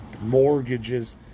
mortgages